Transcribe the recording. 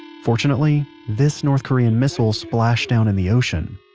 fortunately, this north korean missile splashed down in the ocean.